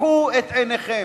פקחו את עיניכם.